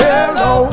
Hello